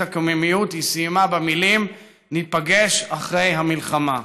הקוממיות היא סיימה במילים: ניפגש אחרי המלחמה.